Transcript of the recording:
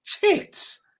tits